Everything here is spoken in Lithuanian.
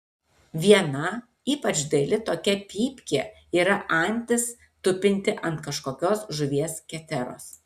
viena ypač daili tokia pypkė yra antis tupinti ant kažkokios žuvies keteros